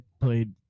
played